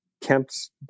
Kemp's